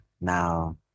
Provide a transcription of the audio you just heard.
Now